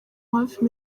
hafi